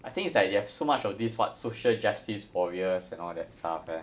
I think it's like they have so much of these what social justice warriors and all that stuff leh